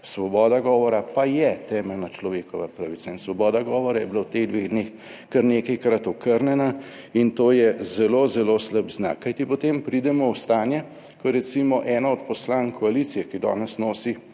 svoboda govora pa je temeljna človekova pravica in svoboda govora je bila v teh dveh dneh kar nekajkrat okrnjena, in to je zelo, zelo slab znak, kajti potem pridemo v stanje, ko recimo ena od poslank koalicije, ki danes nosi